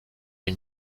une